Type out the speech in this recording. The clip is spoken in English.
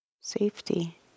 Safety